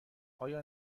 آیا